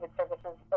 services